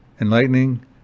enlightening